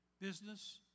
business